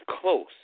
close